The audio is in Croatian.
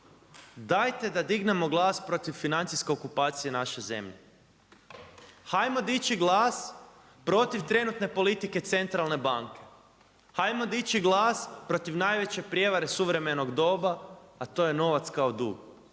dajte da dignemo glas protiv financijske okupacije naše zemlje. Hajmo diči glas protiv trenutne politike centralne banke. Hajmo dići glas protiv najveće prijevare suvremenog doba, a to je novac kao dug.